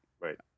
Right